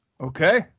okay